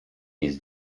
nic